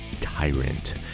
Tyrant